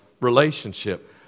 relationship